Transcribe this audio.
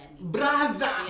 brother